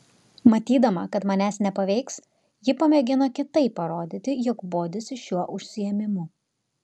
matydama kad manęs nepaveiks ji pamėgino kitaip parodyti jog bodisi šiuo užsiėmimu